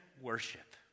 worship